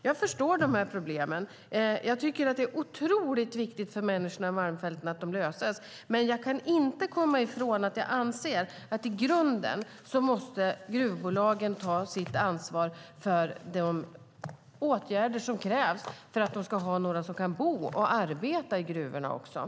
Jag förstår problemen och tycker att det är viktigt för människorna i Malmfälten att de får en lösning. Jag kan dock inte komma ifrån att jag anser att gruvbolagen måste ta sitt ansvar för de åtgärder som krävs för att de ska ha några som kan bo och arbeta på gruvorterna.